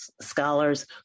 scholars